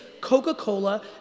Coca-Cola